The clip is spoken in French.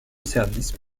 service